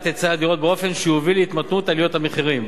היצע הדירות באופן שיוביל להתמתנות עליות המחירים.